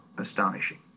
Astonishing